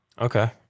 Okay